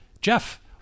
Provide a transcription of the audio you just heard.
Jeff